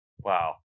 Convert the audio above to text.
Wow